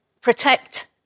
protect